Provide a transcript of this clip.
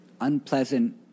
unpleasant